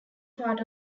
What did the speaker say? part